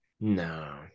No